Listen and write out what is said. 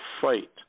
fight